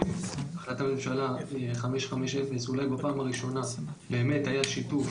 והחלטת ממשלה 550 אולי בפעם הראשונה התייחסה לשיתוף